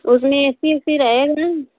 उसमें A C उसी रहेगा